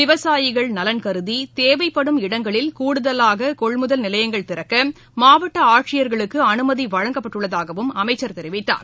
விவசாயிகள் நலன் கருதி தேவைப்படும் இடங்களில் கூடுதலாக கொள்முதல் நிலையங்கள் திறக்க மாவட்ட ஆட்சியர்களுக்கு அனுமதி வழங்கப்பட்டுள்ளதாகவும் அமைச்சர் தெரிவித்தார்